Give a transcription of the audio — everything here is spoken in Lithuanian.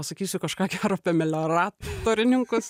pasakysiu kažką gero apie melioratorininkus